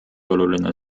oluline